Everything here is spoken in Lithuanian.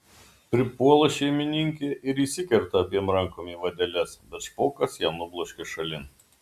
pripuola šeimininkė ir įsikerta abiem rankom į vadeles bet špokas ją nubloškia šalin